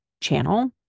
channel